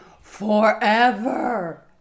forever